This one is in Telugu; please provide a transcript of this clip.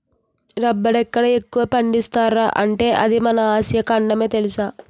రబ్బరెక్కడ ఎక్కువ పండిస్తున్నార్రా అంటే అది మన ఆసియా ఖండమే తెలుసా?